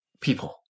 People